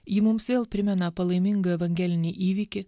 ji mums vėl primena palaimingą evangelinį įvykį